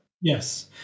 Yes